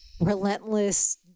relentless